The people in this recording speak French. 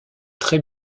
très